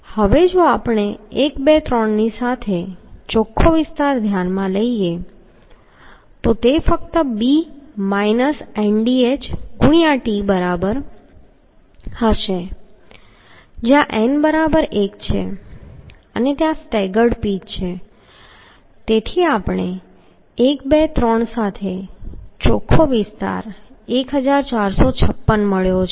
હવે જો આપણે 1 2 3 ની સાથે ચોખ્ખો વિસ્તાર ધ્યાનમાં લઈએ તો તે ફક્ત t જ્યાં n બરાબર 1 છે અને ત્યાં સ્ટેગર્ડ પીચ છે તેથી આપણને 1 2 3 સાથે ચોખ્ખો વિસ્તાર 1456 મળ્યો